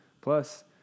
Plus